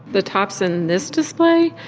the tops in this display,